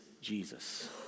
Jesus